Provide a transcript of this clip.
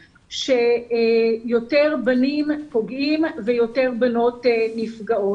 שיותר בנים פוגעים ויותר בנות נפגעות.